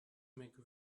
make